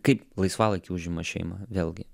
kaip laisvalaikį užima šeima vėlgi